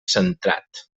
centrat